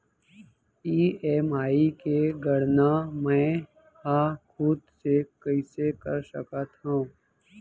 EMI के गड़ना मैं हा खुद से कइसे कर सकत हव?